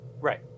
Right